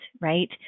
right